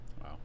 Wow